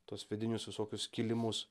tuos vidinius visokius skilimus